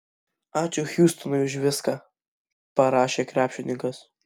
ačiū hjustonui už viską parašė krepšininkas